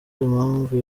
impamvu